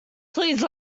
please